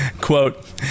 quote